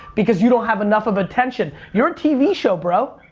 because you don't have enough of attention. you're a tv show bro,